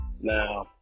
Now